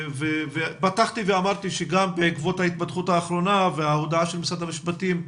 פתחתי ואמרתי שגם בעקבות ההתפתחות האחרונה וההודעה של משרד המשפטים,